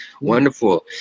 Wonderful